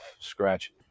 scratch